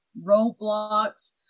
roadblocks